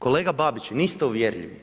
Kolega Babić, niste uvjerljivi.